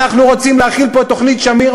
אנחנו רוצים להחיל פה את תוכנית שמיר,